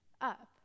up